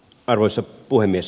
arvoisa puhemies